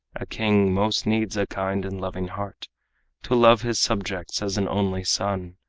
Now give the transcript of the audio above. a king most needs a kind and loving heart to love his subjects as an only son,